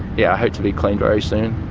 yeah i hope to be clean very soon.